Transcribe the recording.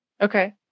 Okay